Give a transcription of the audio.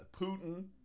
Putin